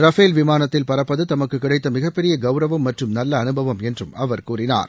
Rafale விமானத்தில் பறப்பது தமக்கு கிடைத்த மிகப்பெரிய கவுரவம் மற்றும் நல்ல அனுபவம் என்றும் அவர் கூறினார்